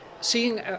seeing